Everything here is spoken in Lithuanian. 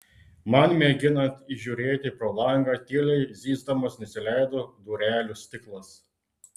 man mėginant įžiūrėti pro langą tyliai zyzdamas nusileido durelių stiklas